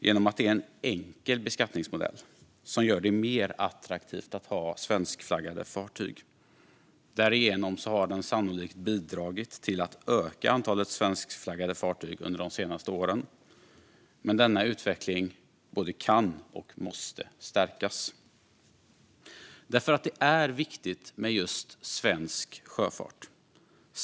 Det är nämligen en enkel beskattningsmodell som gör det mer attraktivt att ha svenskflaggade fartyg, och därigenom har den sannolikt bidragit till öka antalet svenskflaggade fartyg under de senaste åren. Men denna utveckling både kan och måste stärkas. Det är nämligen viktigt med just svensk sjöfart.